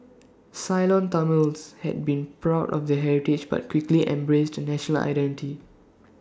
Ceylon Tamils had been proud of their heritage but quickly embraced A national identity